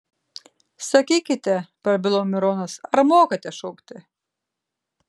sakykite prabilo mironas ar mokate šokti